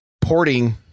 porting